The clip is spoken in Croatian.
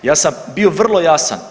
Ja sam bio vrlo jasan.